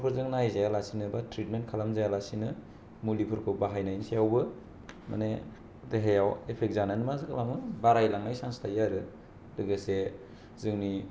डकटरफोरजों नायजाया लासेनो बो ट्रिटमेन्ट खालामा लासेनो मुलिफोरखौ बाहायनायनि सायावबो माने देहायाव एफेकत जानानै मा जालांयो बाराय लांनायनि चान्स थायो आरो लोगोसे जोंनि